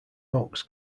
oaks